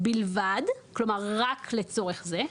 בלבד, כלומר רק לצורך זה.